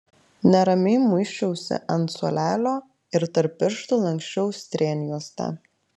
neramiai muisčiausi ant suolelio ir tarp pirštų lanksčiau strėnjuostę